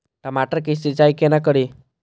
टमाटर की सीचाई केना करी?